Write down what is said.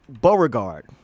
Beauregard